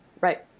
Right